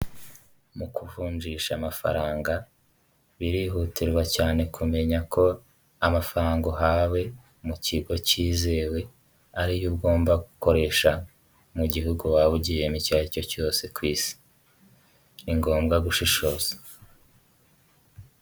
Iyo abayobozi basoje inama bari barimo hari ahantu habugenewe bahurira bakiga ku myanzuro yafashwe ndetse bakanatanga n'umucyo ku bibazo byagiye bigaragazwa ,aho hantu iyo bahageze baraniyakira.